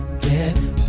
Get